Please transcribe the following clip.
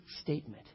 statement